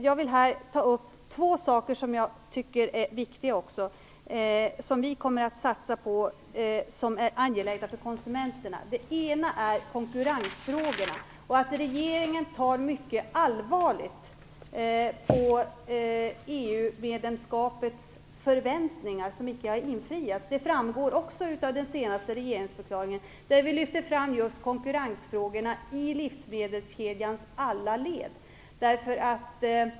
Jag vill här ta upp två frågor som jag tycker är viktiga och angelägna för konsumenterna och som vi kommer att satsa på. Den ena är konkurrensfrågan. Regeringen tar mycket allvarligt på de förväntningar på EU-medlemskapet som icke har infriats. Det framgår också av den senaste regeringsförklaringen, där vi lyfter fram just konkurrensfrågorna i livsmedelskedjans alla led.